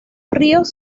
ríos